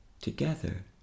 Together